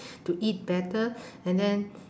to eat better and then